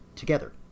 together